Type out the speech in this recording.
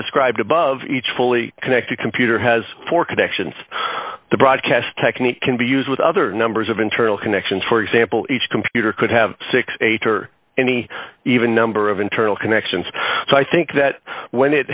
described above each fully connected computer has four connections the broadcast technique can be used with other numbers of internal connections for example each computer could have sixty eight or any even number of internal connections so i think that when it